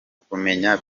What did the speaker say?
kumenya